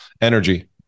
energy